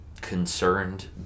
concerned